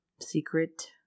secret